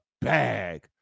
bag